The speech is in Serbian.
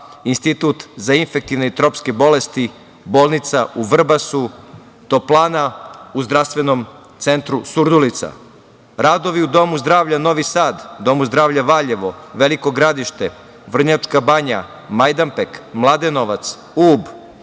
Institut za infektivne i tropske bolesti, bolnica u Vrbasu, toplana u Zdravstvenom centru Surdulica, radovi u Domu zdravlja Novi Sad, Domu zdravlja Valjevo, Veliko Gradište, Vrnjačka Banja, Majdanpek, Mladenovac, Ub,